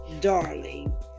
darling